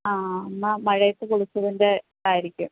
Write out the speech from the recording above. ആ എന്നാൽ മഴയത്ത് കുളിച്ചതിൻ്റെ ആയിരിക്കും